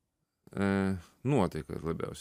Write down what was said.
a nuotaika labiausiai